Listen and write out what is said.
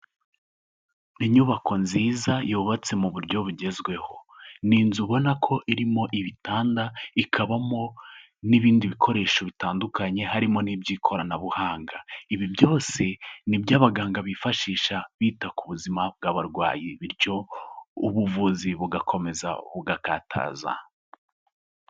Inyubako nziza yubatse mu buryo bugezweho, ni inzu ubona ko irimo ibitanda, ikabamo n'ibindi bikoresho bitandukanye harimo n'iby'ikoranabuhanga. Ibi byose ni byo abaganga bifashisha bita ku buzima bw'abarwayi bityo ubuvuzi bugakomeza bugakataza.